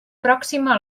pròxima